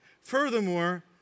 Furthermore